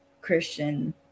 Christian